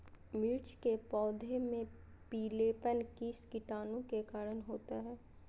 मिर्च के पौधे में पिलेपन किस कीटाणु के कारण होता है?